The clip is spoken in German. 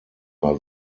war